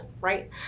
right